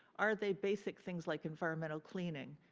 are they basic things like environmental cleaning,